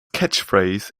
catchphrase